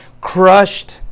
crushed